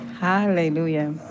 Hallelujah